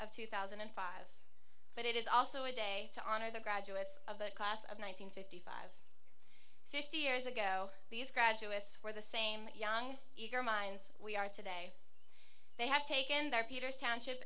of two thousand and five but it is also a day to honor the graduates of a class of one hundred fifty five fifty years ago these graduates were the same young eager minds we are today they have taken their peters township